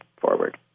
forward